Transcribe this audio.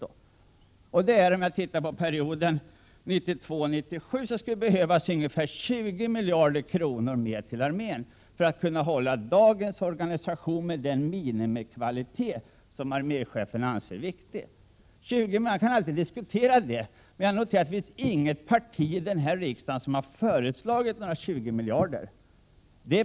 För perioden 1992-1997 skulle det behövas ungefär 20 miljarder kronor mer till armén för att kunna hålla dagens organisation med den minimikvalitet som arméchefen anser viktig. Man kan alltid diskutera behoven, men jag noterar att inget parti i riksdagen har föreslagit några 20 miljarder extra till brigaderna.